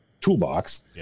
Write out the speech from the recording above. toolbox